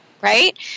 right